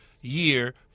year –